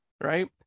right